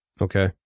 Okay